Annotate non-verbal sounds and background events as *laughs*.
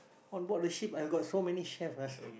onboard the ship I got so many chef ah *laughs*